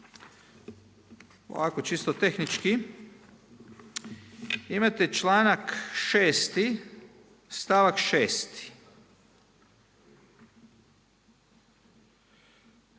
ovako čisto tehnički. Imate članak 6. stavak 6.,